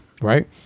Right